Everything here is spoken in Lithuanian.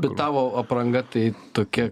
bet tavo apranga tai tokia